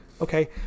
okay